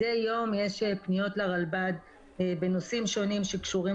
מדי יום יש פניות לרלב"ד בנושאים שונים שקשורים